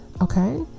Okay